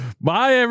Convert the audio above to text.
bye